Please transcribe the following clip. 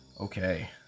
Okay